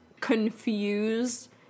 confused